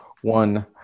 one